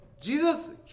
Jesus